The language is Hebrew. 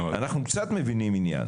אנחנו קצת מבינים עניין.